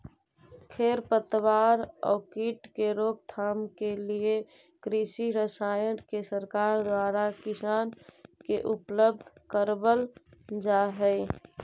खेर पतवार आउ कीट के रोकथाम के लिए कृषि रसायन के सरकार द्वारा किसान के उपलब्ध करवल जा हई